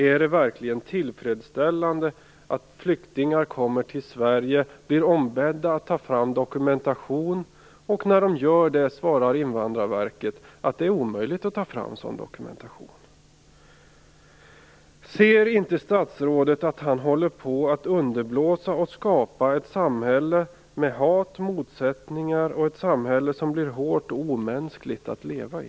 Är det verkligen tillfredsställande att flyktingar kommer till Sverige, blir ombedda att ta fram dokumentation och när de gör det svarar Invandrarverket att det är omöjligt att ta fram sådan dokumentation. Ser inte statsrådet att han håller på att underblåsa och skapa ett samhälle med hat och motsättningar, ett samhälle som blir hårt och omänskligt att leva i?